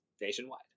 nationwide